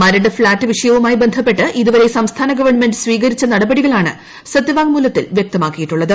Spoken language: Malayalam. മരട് ഫ്ളാറ്റ് വിഷയവുമായി ബന്ധപ്പെട്ട് ഇതുവരെ സംസ്ഥാന ഗവൺമെന്റ് സ്വീകരിച്ച നടപടികളാണ് സത്യവാങ്മൂലത്തിൽ വൃക്തമാക്കിയിട്ടുള്ളത്